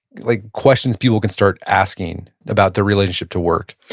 like questions people can start asking about their relationship to work?